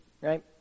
right